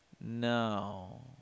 No